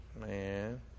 man